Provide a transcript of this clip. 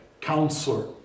counselor